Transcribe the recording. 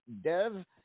Dev